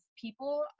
people